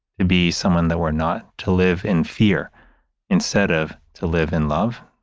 to be someone that we're not, to live in fear instead of to live in love.